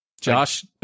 Josh